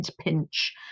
pinch